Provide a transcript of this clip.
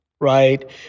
right